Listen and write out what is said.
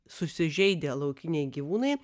susižeidę laukiniai gyvūnai